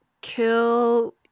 kill